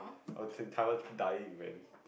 oh thing taiwan dying man